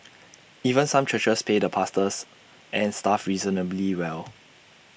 even some churches pay the pastors and staff reasonably well